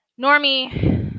Normie